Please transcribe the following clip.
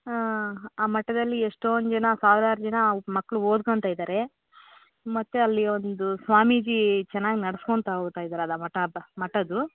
ಹಾಂ ಆ ಮಠದಲ್ಲಿ ಎಷ್ಟೊಂದು ಜನ ಸಾವಿರಾರು ಜನ ಮಕ್ಳು ಓದ್ಕೊಳ್ತಾ ಇದ್ದಾರೆ ಮತ್ತು ಅಲ್ಲಿ ಒಂದು ಸ್ವಾಮೀಜಿ ಚೆನ್ನಾಗಿ ನಡೆಸ್ಕೋಳ್ತ ಹೋಗ್ತಾಯಿದ್ದಾರಲ್ಲ ಮಠ ಅಂಥ ಮಠದ್ದು